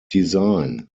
design